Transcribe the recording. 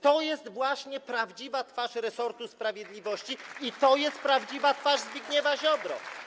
To jest właśnie prawdziwa twarz resortu sprawiedliwości i to jest prawdziwa twarz Zbigniewa Ziobry.